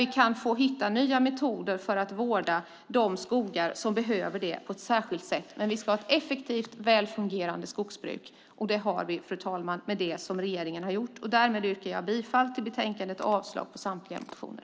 Vi ska hitta nya metoder för att vårda de skogar som behöver det på ett särskilt sätt, men vi ska ha ett effektivt välfungerande skogsbruk. Det har vi, fru talman, tack vare det regeringen har gjort. Jag yrkar bifall på utskottets förslag i betänkandet och avslag på samtliga motioner.